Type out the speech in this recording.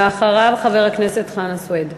ולאחריו, חבר הכנסת חנא סוייד.